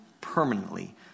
permanently